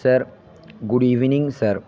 sir good evening sir